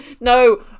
No